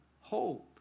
hope